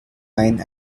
wine